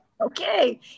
Okay